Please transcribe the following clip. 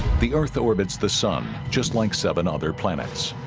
the earth orbits the sun just like seven other planets